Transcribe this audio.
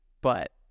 but-